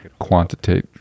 quantitate